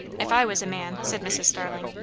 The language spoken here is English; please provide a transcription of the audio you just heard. if i was a man, said mrs. starling,